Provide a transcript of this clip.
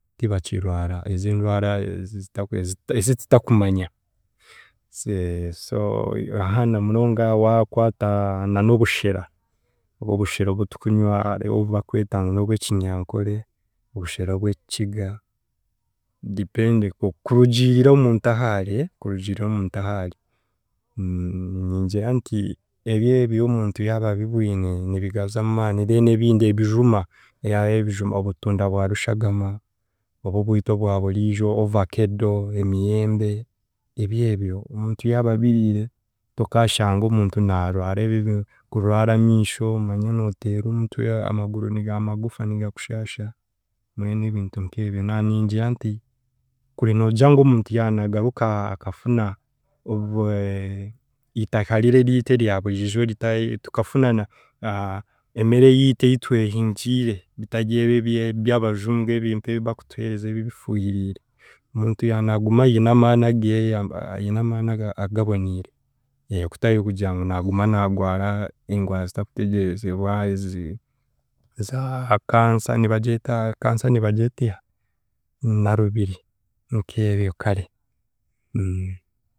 Tibakirwara ezi edwara ezi- ezi- ezitutakumaanya so aha namunonga waakwata na n'obushera obushera obutukunywa obubakweta ngu n'obw'ekinyankore, obushera obw'ekikiga depending kurugiirira omuntu ahaari kurugiirira omuntu ahaari ningira nti ebye by'omuntu yaaba abibwine, nibigaruza amaani, then ebindi ebijuma, yeah ebijuma obutunda bwa rushagama, obu obwitu obwaburiijo, ovacado, emiyembe ebyebyo omuntu yaaba abiriire tokaashanga omuntu naarwara ebeebi kurwara amiisho, manya nooteerwa omutwe, amaguru amagufa nigakushaasha mbwenu ebintu nk’ebi naaningira nti kuri noogira ngu omuntu yaanagaruka akafuna obe- itaka riri eryitu eryaburijo ritari tukafuna na emere eyiitu ei twehingiire bitaryebi ebebi ebya abajungu ebimpaha ebibakutuheereza ebi ebifuuhiriire, omuntu yaanaguma aine amaani ageeye aine amaani aga- agaboniire kutari kugira ngu naaguma naagwara engwara zitakutegyerezibwa ezi za cancer, nibagyeta cancer nibagyeta eha? Narubiri nk'ebyo kare.